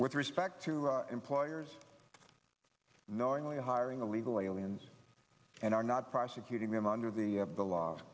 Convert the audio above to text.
with respect to employers knowingly hiring illegal aliens and are not prosecuting them under the the laws